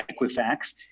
Equifax